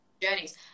Journeys